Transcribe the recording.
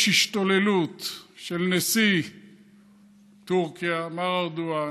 שיש השתוללות של נשיא טורקיה, מר ארדואן,